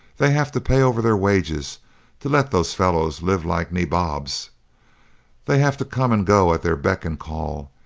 they have to pay over their wages to let those fellows live like nabobs they have to come and go at their beck and call,